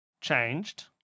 changed